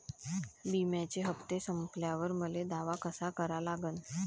बिम्याचे हप्ते संपल्यावर मले दावा कसा करा लागन?